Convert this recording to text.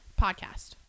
Podcast